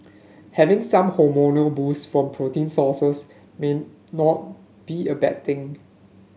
having some hormonal boost from protein sources may not be a bad thing